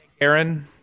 Aaron